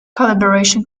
calibration